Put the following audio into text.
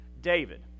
David